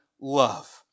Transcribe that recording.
love